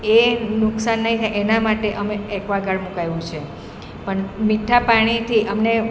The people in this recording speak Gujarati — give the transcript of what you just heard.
એ નુકસાન નહીં થાય એના માટે અમે એક્વાગાડ મુકાવ્યું છે પણ મીઠાં પાણીથી અમને